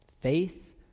Faith